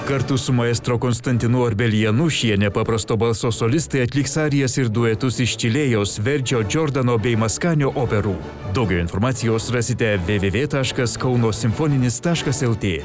kartu su maestro konstantinu arbelienu šie nepaprasto balso solistai atliks arijas ir duetus iš čilėjaus verdžio džordano bei maskanio operų daugiau informacijos rasite vvv taškas kauno simfoninis taškas lt